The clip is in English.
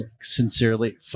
sincerely